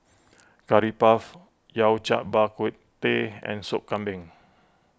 Curry Puff Yao Cai Bak Kut Teh and Sop Kambing